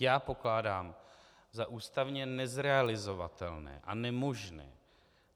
Já pokládám za ústavně nezrealizovatelné a nemožné,